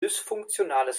dysfunktionales